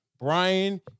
Brian